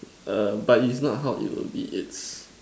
err but it's not how it will be it's